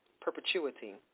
perpetuity